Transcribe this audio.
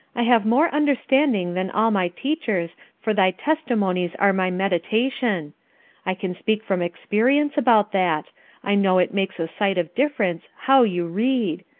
i have more understanding than all my teachers, for thy testimonies are my meditation i can speak from experience about that i know it makes a sight of difference how you read.